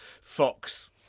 Fox